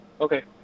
Okay